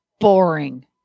boring